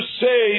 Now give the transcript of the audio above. say